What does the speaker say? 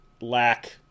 lack